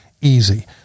easy